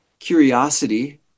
curiosity